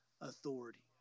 authority